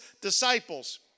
disciples